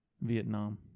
Vietnam